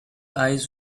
eyes